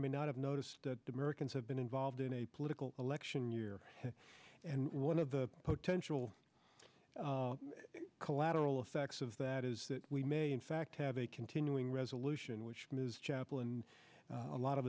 or may not have noticed that the americans have been involved in a political election year and one of the potential collateral effects of that is that we may in fact have a continuing resolution which is chapel and a lot of